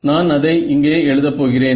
நான் அதை இங்கே எழுத போகிறேன்